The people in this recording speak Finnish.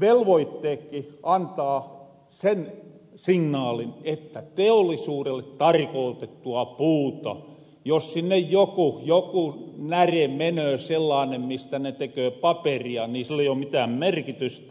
velvoitteekki antaa sen signaalin että teollisuudelle tarkootettua puuta jos sinne joku näre menöö sellaane mistä ne teköö paperia ni sil ei o mitään merkitystä